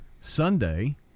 Sunday